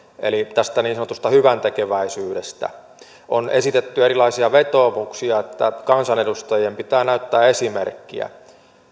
eli niin sanotusta hyväntekeväisyydestä on esitetty erilaisia vetoomuksia että kansanedustajien pitää näyttää esimerkkiä